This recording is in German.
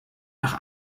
nach